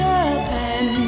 Japan